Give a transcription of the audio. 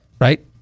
Right